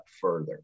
further